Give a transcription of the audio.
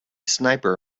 sniper